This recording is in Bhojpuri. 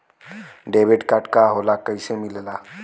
डेबिट कार्ड का होला कैसे मिलेला?